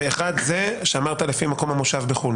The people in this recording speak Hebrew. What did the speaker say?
ואחד זה לפי מקום המושב בחו"ל,